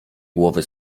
głowy